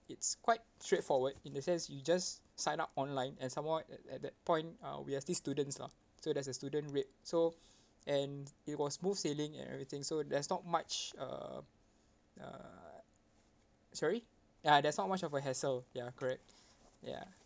it's quite straightforward in a sense you just sign up online and some more at at that point uh we are still students lah so there's a student rate so and it was smooth sailing and everything so there's not much uh uh sorry ah there's not much of a hassle ya correct ya